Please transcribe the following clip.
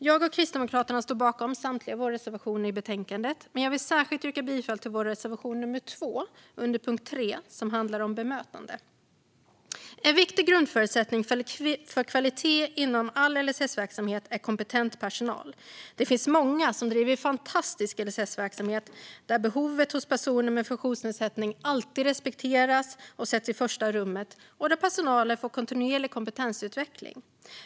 Jag och Kristdemokraterna står bakom samtliga våra reservationer i betänkandet, men jag vill yrka bifall endast till vår reservation nr 2 under punkt 3 som handlar om bemötande. En viktig grundförutsättning för kvalitet inom all LSS-verksamhet är kompetent personal. Det finns många som bedriver fantastisk LSS-verksamhet, där behovet hos personen med funktionsnedsättning alltid respekteras och sätts i första rummet och där personalen får kontinuerlig kompetensutveckling.